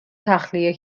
تخلیه